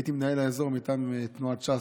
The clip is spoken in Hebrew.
הייתי מנהל האזור מטעם סיעת ש"ס.